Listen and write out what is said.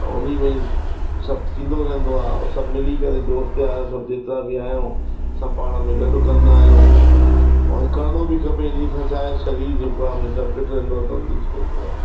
ऐं उन में ई सभु थींदो रहंदो आहे सभु मिली करे दोस्त यारु सभु जेतिरा बि आहियूं सभु पाण में गॾु कंदा आहियूं और इहे करिणो बि खपे इन सां छा आहे शरीर जेको आ हमेशा फिट रहंदो आहे तंदुरुस्त रहंदो आहे